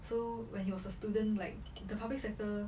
so when he was a student like the public sector